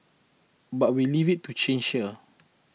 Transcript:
but we leave it to chance here